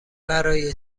برای